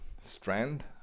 strand